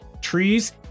trees